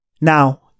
Now